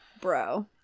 Bro